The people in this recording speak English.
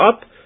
up